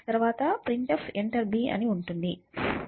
తర్వాత printf enter b అని ఉంటుంది